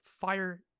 fire